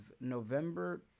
November